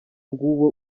nguwo